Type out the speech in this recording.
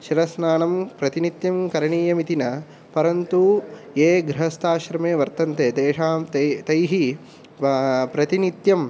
शिरस्नानं प्रति नित्यं करणीयम् इति न परन्तु ये गृहस्ताश्रमे वर्तन्ते तेषां तै तैः प्रतिनित्यम्